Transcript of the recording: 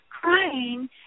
crying